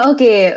Okay